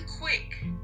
quick